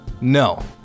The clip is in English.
No